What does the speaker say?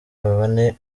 bane